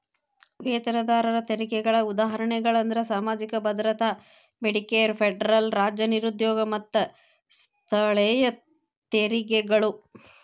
ವೇತನದಾರರ ತೆರಿಗೆಗಳ ಉದಾಹರಣೆಗಳಂದ್ರ ಸಾಮಾಜಿಕ ಭದ್ರತಾ ಮೆಡಿಕೇರ್ ಫೆಡರಲ್ ರಾಜ್ಯ ನಿರುದ್ಯೋಗ ಮತ್ತ ಸ್ಥಳೇಯ ತೆರಿಗೆಗಳು